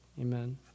amen